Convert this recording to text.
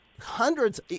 hundreds